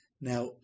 Now